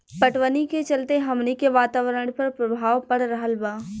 पटवनी के चलते हमनी के वातावरण पर प्रभाव पड़ रहल बा